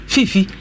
Fifi